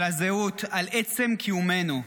על הזהות ועל עצם קיומנו.